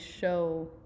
show